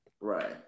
Right